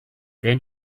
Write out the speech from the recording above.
then